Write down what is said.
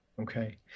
Okay